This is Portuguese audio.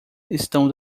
estão